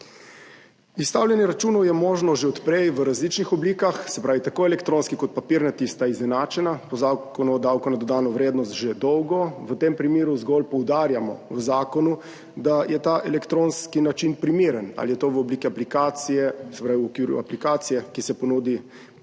Izstavljanje računov je možno že od prej v različnih oblikah, se pravi tako elektronski kot papirnati sta izenačena po Zakonu o davku na dodano vrednost že dolgo. V tem primeru zgolj poudarjamo v zakonu, da je ta elektronski način primeren, ali je to v okviru aplikacije, ki se ponudi kupcem, ali